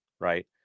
Right